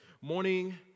morning